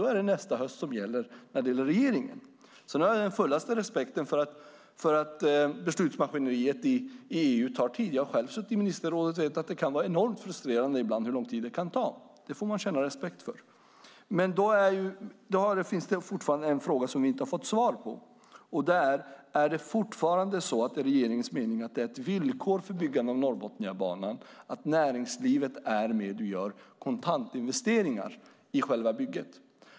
Det är i så fall nästa höst som gäller för regeringen. Jag har full respekt för att beslutsmaskineriet i EU tar tid. Jag har själv suttit i ministerrådet och vet att det ibland kan vara enormt frustrerande med hur lång tid det kan ta. Det får man ha respekt för. Det finns en fråga vi inte har fått svar på. Är det fortfarande regeringens mening att det är ett villkor för byggande av Norrbotniabanan att näringslivet är med och gör kontantinvesteringar i själva bygget?